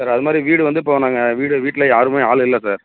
sir அது மாதிரி வீடு வந்து இப்போது நாங்கள் வீடு வீட்டில் யாருமே ஆள் இல்லை சார்